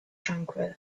tranquil